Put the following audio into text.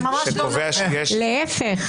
להפך.